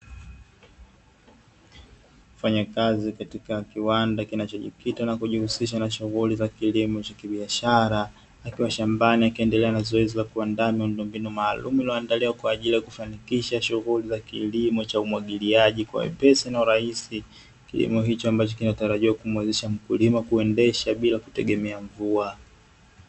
Mfanyakazi katika kiwanda kinachojikita na kujihusisha na shughuli za kilimo cha kibiashara, akiwa shambani akiendelea na zoezi la kuandaa miundombinu iliyoandaliwa maalumu kwa ajili kufanikisha shughuli za kilimo cha umwagiliaji kwa wepesi na urahisi; kilimo hicho ambacho kunatarajiwa kumuwezesha mkulima kuendesha bila kutegemea mvua.